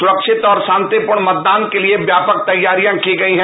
सुरक्षित और शांतिपूर्ण मतदान के लिए व्यापक तैयारियां की गयी हैं